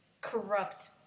corrupt